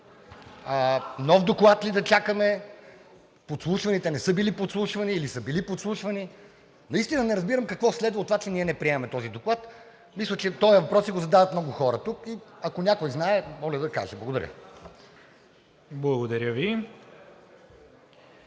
Нов доклад ли да чакаме, подслушваните не са били подслушвани или са били подслушвани? Наистина не разбирам какво следва от това, че ние не приемаме този доклад?! Мисля, че този въпрос си го задават много хора тук и ако някой знае, моля да каже. Благодаря Ви.